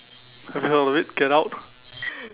have you heard of it get out